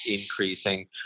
increasing